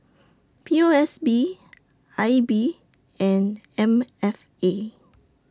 P O S B I B and M F A